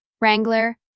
wrangler